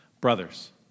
Brothers